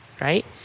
Right